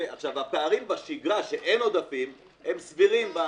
הפערים בשגרה כשאין עודפים הם סבירים בענף.